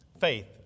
Faith